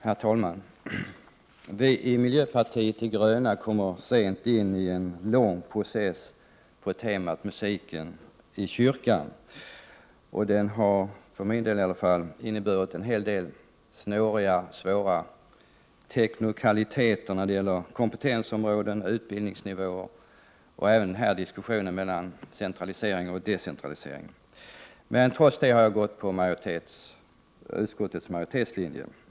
Herr talman! Vii miljöpartiet de gröna kommer sent in i en lång process på temat musiken i kyrkan. Den har i alla fall för min del inneburit ställningstaganden i en hel del snåriga och svåra teknikaliteter när det gäller kompetensområden, utbildningsnivåer samt centralisering kontra decentralisering. Trots detta har jag gått på utskottets majoritetslinje.